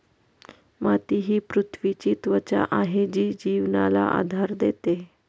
माती ही पृथ्वीची त्वचा आहे जी जीवनाला आधार देते